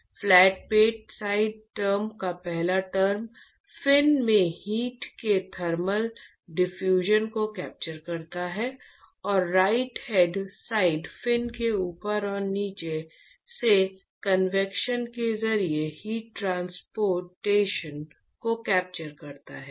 left hand side term का पहला term fin में हीट के थर्मल डिफ्यूजन को कैप्चर करता है और राइट हैंड साइड फिन के ऊपर और नीचे से कन्वेक्शन के जरिए हीट ट्रांसपोर्टेशन को कैप्चर करता है